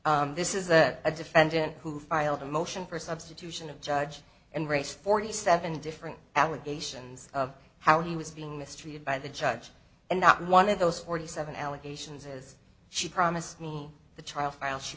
that this is a defendant who filed a motion for substitution of judge and race forty seven different allegations of how he was being mistreated by the judge and not one of those forty seven allegations as she promised me the child